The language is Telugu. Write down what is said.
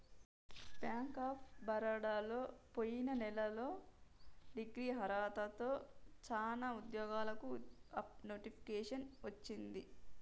బ్యేంక్ ఆఫ్ బరోడలో పొయిన నెలలో డిగ్రీ అర్హతతో చానా ఉద్యోగాలకు నోటిఫికేషన్ వచ్చింది